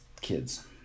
kids